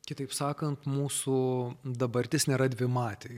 kitaip sakant mūsų dabartis nėra dvimatė